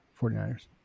49ers